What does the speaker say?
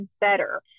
better